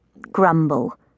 Grumble